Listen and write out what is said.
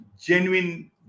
genuine